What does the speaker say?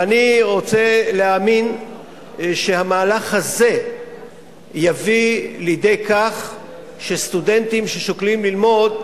ואני רוצה להאמין שהמהלך הזה יביא לידי כך שסטודנטים ששוקלים ללמוד,